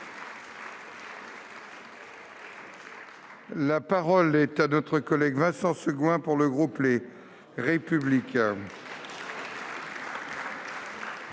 La parole est à M. Vincent Segouin, pour le groupe Les Républicains.